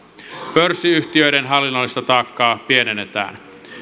pörssiyhtiöiden hallinnollista taakkaa pienennetään